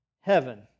heaven